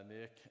Nick